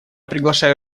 приглашаю